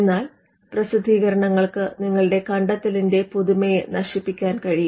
എന്നാൽ പ്രസിദ്ധീകരണങ്ങൾക്ക് നിങ്ങളുടെ കണ്ടത്തെലിന്റെ പുതുമയെ നശിപ്പിക്കാൻ കഴിയും